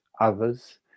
others